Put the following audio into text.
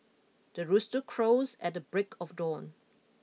the rooster crows at the break of dawn